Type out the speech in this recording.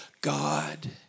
God